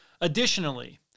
Additionally